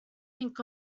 think